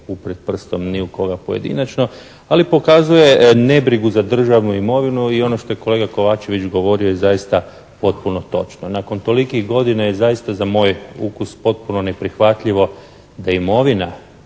uprijeti prstom ni u koga pojedinačno, ali pokazuje nebrigu za državnu imovinu i ono što je kolega Kovačević govorio je zaista potpuno točno. Nakon tolikih godina je zaista za moj ukus potpuno neprihvatljivo da imovina